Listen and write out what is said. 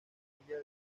familia